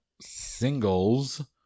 Singles